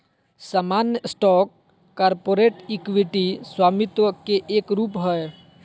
सामान्य stock corporate equity स्वामित्व के एक रूप हय